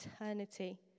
eternity